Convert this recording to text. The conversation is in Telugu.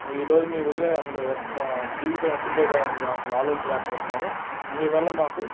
ఈరోజు మీ వదిన అసలు జీవితం ఎట్టుండేదని మేం అసలు ఆలోచించలేక పోతున్నాము నీవల్ల మాకు